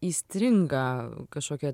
įstringa kažkokia